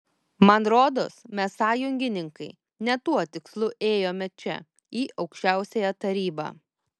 man rodos mes sąjūdininkai ne tuo tikslu ėjome čia į aukščiausiąją tarybą